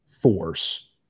force